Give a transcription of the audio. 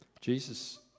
Jesus